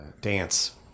Dance